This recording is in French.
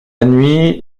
nuit